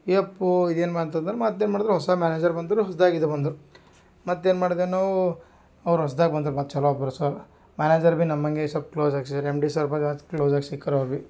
ಎಪ್ಪೋ ಇದೇನು ಮತ್ತಂದ್ರ್ ಮತ್ತು ಏನ್ಮಾಡಿದ್ರು ಹೊಸ ಮ್ಯಾನೇಜರ್ ಬಂದರು ಹೊಸದಾಗಿ ಇದು ಬಂದರು ಮತ್ತೇನು ಮಾಡ್ದೇವು ನಾವು ಅವ್ರು ಹೊಸದಾಗ್ ಬಂದ್ರು ಮತ್ತು ಚಲೋ ಒಬ್ರು ಸರ್ ಮ್ಯಾನೇಜರ್ ಬಿ ನಮ್ಮಂಗೆ ಸ್ವಲ್ಪ್ ಕ್ಲೋಸ್ ಆಗ್ಸಿರು ಎಮ್ ಡಿ ಸ್ವಲ್ಪ ಜಾಸ್ತಿ ಕ್ಲೋಸಾಗಿ ಸಿಕ್ರಾ ಬಿ